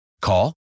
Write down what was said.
Call